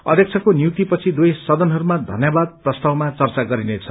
अध्यक्षको नियुक्तिपछि दुवै सदनहरूमा चन्यवाद प्रस्तावमा चर्चा गरिनेछ